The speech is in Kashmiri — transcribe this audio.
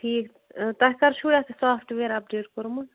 ٹھیٖک آ تۅہہِ کَر چھُو یَتھ سافٹہٕ ویٚر اَپڈیٹ کوٚرمُت